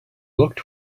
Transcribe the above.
looked